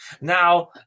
Now